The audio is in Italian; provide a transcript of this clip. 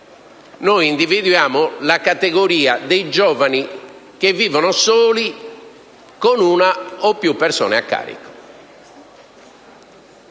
individui la categoria dei giovani che vivono soli con una o più persone a carico;